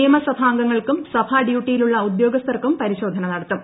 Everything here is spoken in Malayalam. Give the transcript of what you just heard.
നിയമസഭാംഗങ്ങൾക്കും സഭാ ഡ്യൂട്ടിയിലുള്ള ഉദ്യോഗസ്ഥർക്കും പരിശോധന നടത്തും